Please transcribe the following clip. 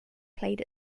played